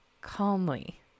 calmly